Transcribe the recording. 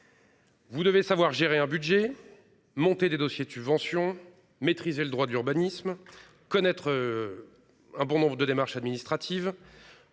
Vous devez savoir gérer un budget monter des dossiers, tu vention. Maîtriser le droit de l'urbanisme connaître. Un bon nombre de démarches administratives.